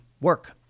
work